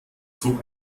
zog